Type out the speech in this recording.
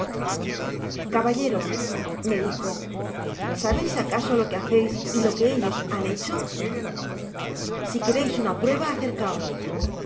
caballero me dijo sabeis acaso lo que haceis y lo que ellos han hecho si quereis una prueba acercaos